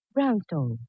Brownstone